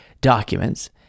documents